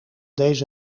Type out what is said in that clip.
deze